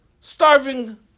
starving